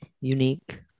unique